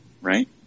Right